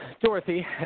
Dorothy